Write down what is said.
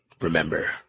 remember